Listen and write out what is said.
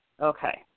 Okay